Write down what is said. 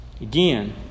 Again